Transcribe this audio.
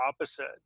opposite